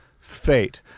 fate